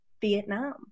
Vietnam